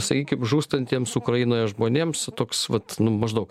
sakykim žūstantiems ukrainoje žmonėms toks vat nu maždaug